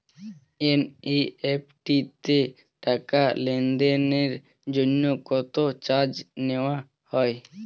NEFT তে টাকা লেনদেনের জন্য কত চার্জ নেয়া হয়?